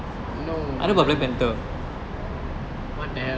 no I don't what the hell